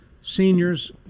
seniors